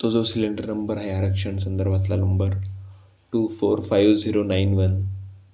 तो जो cylinder number आहे आरक्षण संदर्भातला number two four five zero nine one